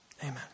amen